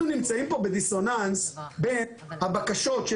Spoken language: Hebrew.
אנחנו נמצאים פה בדיסוננס בין הבקשות של